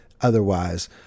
otherwise